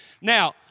Now